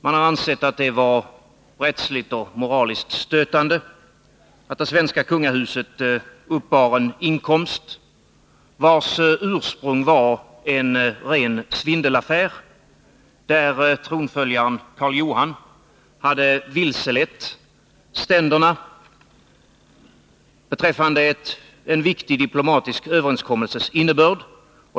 Man har ansett det vara rättsligt och moraliskt stötande att det svenska kungahuset uppbar en inkomst vars ursprung var en ren svindelaffär. Tronföljaren Karl Johan hade vilselett ständerna beträffande en viktig diplomatisk överenskommelses innebörd.